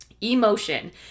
emotion